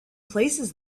places